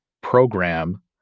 program